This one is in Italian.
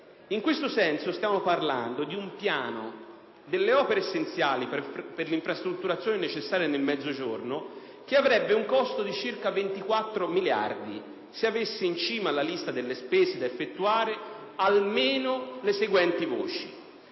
In questo senso stiamo parlando di un piano delle opere essenziali per l'infrastrutturazione necessaria del Mezzogiorno che avrebbe un costo di circa 24 miliardi se avesse in cima alla lista delle spese da effettuare almeno le seguenti voci.